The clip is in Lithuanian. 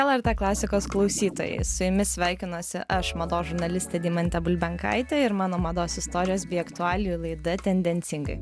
lrt klasikos klausytojai su jumis sveikinuosi aš mados žurnalistė deimantė bulbenkaitė ir mano mados istorijos bei aktualijų laida tendencingai